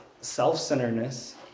self-centeredness